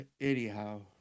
anyhow